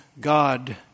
God